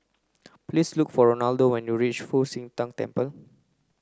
please look for Ronaldo when you reach Fu Xi Tang Temple